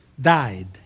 died